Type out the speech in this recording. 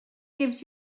gives